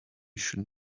should